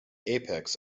apex